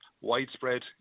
widespread